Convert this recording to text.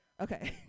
Okay